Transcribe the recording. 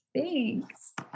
Thanks